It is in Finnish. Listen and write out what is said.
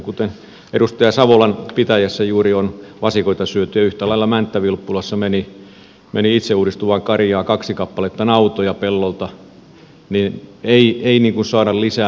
kuten edustaja savolan pitäjässä juuri on vasikoita syöty yhtä lailla mänttä vilppulassa meni itseuudistuvaa karjaa kaksi kappaletta nautoja pellolta mutta ei saada lisää näitä lupia sille alueelle